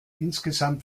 insgesamt